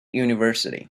university